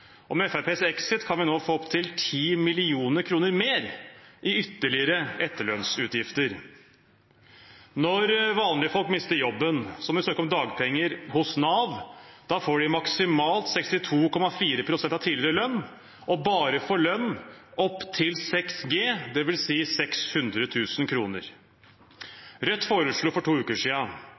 Med Fremskrittspartiets exit kan vi nå få opptil 10 mill. kr i ytterligere etterlønnsutgifter. Når vanlige folk mister jobben og må søke om dagpenger hos NAV, får de maksimalt 62,4 pst. av tidligere lønn og bare for lønn på opptil 6 G, dvs. 600 000 kr. Rødt foreslo for to uker siden